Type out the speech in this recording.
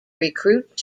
recruit